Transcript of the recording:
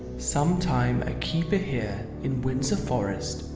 sometime a keeper here in windsor forest,